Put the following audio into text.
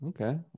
okay